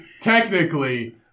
technically